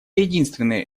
единственный